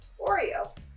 Oreo